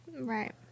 Right